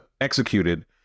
executed